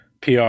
PR